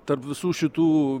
tarp visų šitų